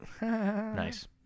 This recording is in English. Nice